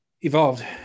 evolved